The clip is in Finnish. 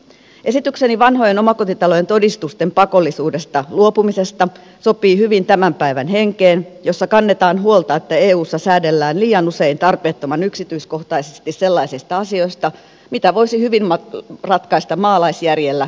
esitykseni vanhojen omakotitalojen todistusten pakollisuudesta luopumisesta sopii hyvin tämän päivän henkeen jossa kannetaan huolta että eussa säädellään liian usein tarpeettoman yksityiskohtaisesti sellaisista asioista joita voisi hyvin ratkaista maalaisjärjellä kansallisestikin